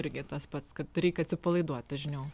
irgi tas pats kad reik atsipalaiduot dažniau